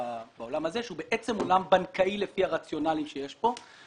הזה שהוא בעצם עולם בנקאי לפי הרציונאליים שיש כאן.